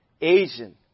Asian